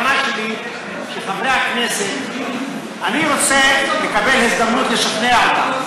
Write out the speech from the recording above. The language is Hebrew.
אני רוצה לקבל הזדמנות לשכנע את חברי הכנסת.